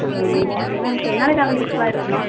ஆ okay ma'am ma'am Tenaliraman புக்ஸ்லாம் இருக்குமா